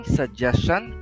suggestion